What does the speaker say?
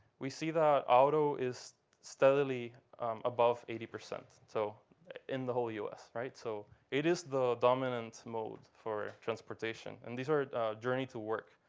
we see that auto is steadily above eighty percent so in the whole us so it is the dominant mode for transportation. and these are journey to work.